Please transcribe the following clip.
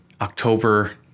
October